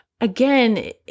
Again